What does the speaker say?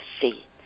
see